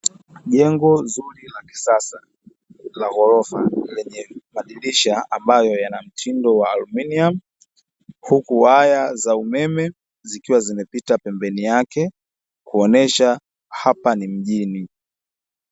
Jengo zuri la kisasa, la gorofa lenye madirisha ambayo yana mtindo wa aluminiumu huku waya za umeme zikiwa zimepita pembeni yake kuonyesha hapa ni mjini.